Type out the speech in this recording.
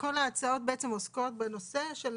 כל ההצעות עוסקות בנושא של